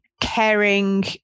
caring